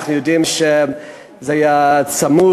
אנחנו יודעים שזה היה צמוד,